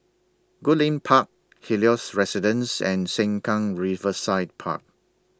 Goodlink Park Helios Residences and Sengkang Riverside Park